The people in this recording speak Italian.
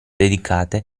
dedicate